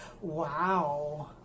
WoW